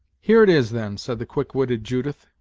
here it is, then, said the quick-witted judith,